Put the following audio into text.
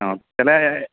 অ'